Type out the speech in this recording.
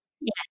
yes